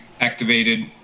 activated